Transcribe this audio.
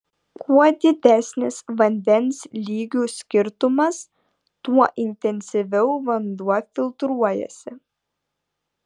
kuo didesnis vandens lygių skirtumas tuo intensyviau vanduo filtruojasi